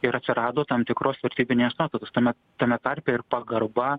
ir atsirado tam tikros valstybinės nuostatos tame tame tarpe ir pagarba